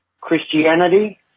Christianity